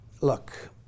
Look